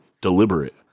deliberate